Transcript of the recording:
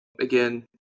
again